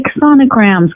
sonograms